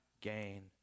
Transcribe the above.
gain